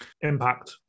Impact